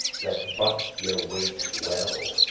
that but ye waite well,